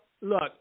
Look